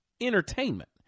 entertainment